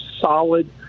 solid